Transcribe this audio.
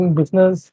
business